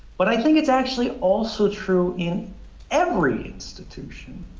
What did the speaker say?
but i think it's actually also true in every institution,